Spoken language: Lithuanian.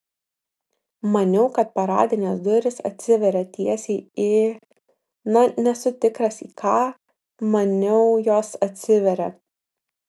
maniau kad paradinės durys atsiveria teisiai į na nesu tikras į ką maniau jos atsiveria